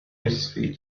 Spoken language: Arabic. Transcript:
نصف